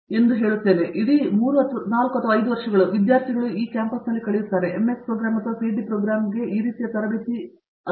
ಆದ್ದರಿಂದ ಇಡೀ 3 ಅಥವಾ 4 ಅಥವಾ 5 ವರ್ಷಗಳು ವಿದ್ಯಾರ್ಥಿಗಳು ಇಲ್ಲಿ ಕಳೆಯುತ್ತಾರೆ ಎಂಎಸ್ ಪ್ರೋಗ್ರಾಂ ಅಥವಾ ಪಿಹೆಚ್ಡಿ ಪ್ರೋಗ್ರಾಂಗೆ ಈ ರೀತಿಯ ತರಬೇತಿ ಮೂಲತಃ ಕಾರಣವಾಗಿದೆ